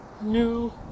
new